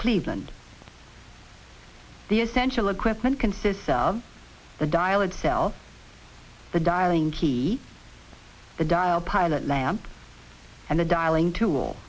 cleveland the essential equipment consists of the dial itself the dialing key the dial pilot lamp and the dialing tool